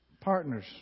Partners